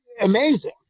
amazing